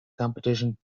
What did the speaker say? competition